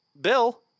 Bill